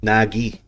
Nagi